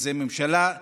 זו ממשלת כישלון,